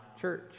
church